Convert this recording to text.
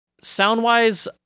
sound-wise